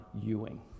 Ewing